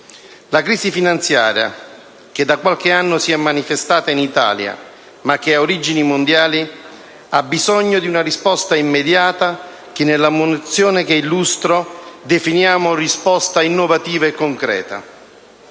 La crisi finanziaria, che da qualche anno si è manifestata in Italia, ma che ha origini mondiali, ha bisogno di una risposta immediata, che nella mozione che illustro definiamo «innovativa e concreta».